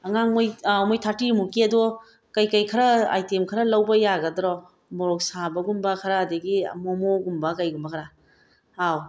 ꯑꯉꯥꯡ ꯃꯣꯏ ꯃꯣꯏ ꯊꯥꯔꯇꯤꯃꯨꯛꯀꯤ ꯑꯗꯣ ꯀꯩ ꯀꯩ ꯈꯔ ꯑꯥꯏꯇꯦꯝ ꯈꯔ ꯂꯧꯕ ꯌꯥꯒꯗ꯭ꯔꯣ ꯃꯣꯔꯣꯛ ꯁꯥꯕꯒꯨꯝꯕ ꯈꯔ ꯑꯗꯒꯤ ꯃꯣꯃꯣꯒꯨꯝꯕ ꯀꯩꯒꯨꯝꯕ ꯈꯔ ꯑꯥꯎ